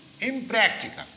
impractical